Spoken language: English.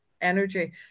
energy